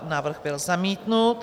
Návrh byl zamítnut.